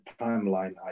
timeline